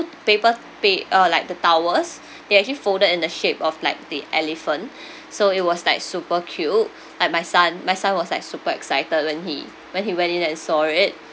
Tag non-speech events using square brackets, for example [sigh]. paper pa~ uh like the towels [breath] they actually folded in the shape of like the elephant [breath] so it was like super cute like my son my son was like super excited when he when he went in and saw it